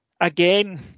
again